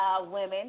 Women